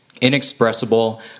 inexpressible